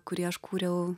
kurį aš kūriau